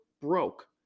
broke